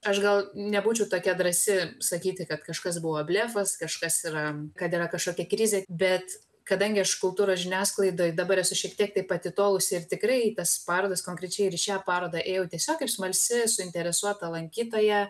aš gal nebūčiau tokia drąsi sakyti kad kažkas buvo blefas kažkas yra kad yra kažkokia krizė bet kadangi aš kultūros žiniasklaidoj dabar esu šiek tiek taip atitolusi ir tikrai į tas parodas konkrečiai ir į šią parodą ėjau tiesiog kaip smalsi suinteresuota lankytoja